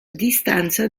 distanza